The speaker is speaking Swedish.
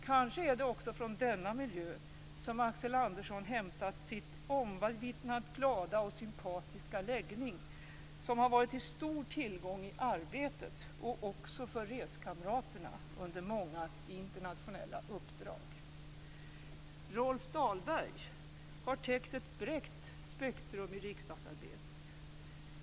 Kanske är det också från denna miljö som Axel Andersson hämtat sin omvittnat glada och sympatiska läggning, vilken har varit en stor tillgång i arbetet men också för reskamraterna under många internationella uppdrag. Rolf Dahlberg har täckt ett brett spektrum i riksdagsarbetet.